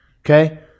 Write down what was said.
okay